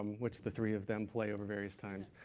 which the three of them play over various times.